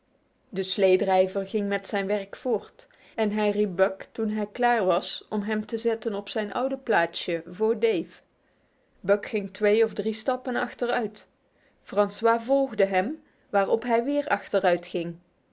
de sleedrijver ging met zijn werk voort en hij riep buck toen hij klaar was om hem te zetten op zijn oude plaatsje vr dave buck ging twee of drie stappen achteruit francois volgde hem waarop hij weer